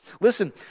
Listen